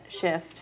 shift